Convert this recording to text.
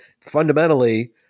fundamentally –